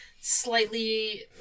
slightly